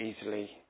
easily